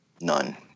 None